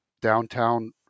downtown